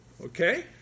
Okay